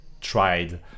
tried